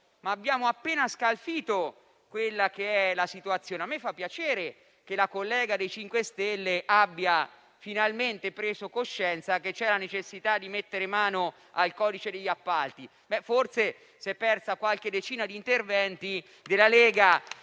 abbiamo appena scalfito la situazione. Mi fa piacere che la collega del MoVimento 5 Stelle abbia finalmente preso coscienza che c'è la necessità di mettere mano al codice degli appalti. Forse si è persa qualche decina di interventi della Lega